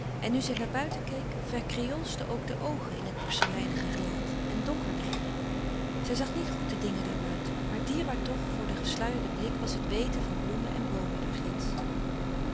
en nu zij naar buiten keek verkreoolschten ook de oogen in het porceleinige gelaat en donkerden zij zag niet goed de dingen daar buiten maar dierbaar toch voor den gesluierden blik was het weten van bloemen en boomen daar